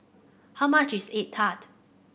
how much is egg tart